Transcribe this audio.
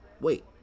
Wait